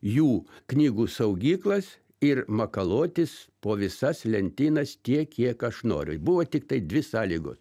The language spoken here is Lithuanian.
jų knygų saugyklas ir makaluotis po visas lentynas tiek kiek aš noriu buvo tiktai dvi sąlygos